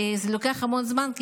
זה לוקח המון זמן,